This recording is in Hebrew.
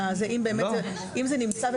אם זה נמצא,